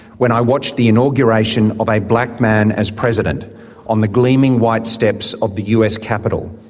when i watched the inauguration of a black man as president on the gleaming white steps of the us capitol,